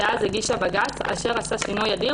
שאז הגישה עתירה לבג"ץ אשר עשתה שינוי אדיר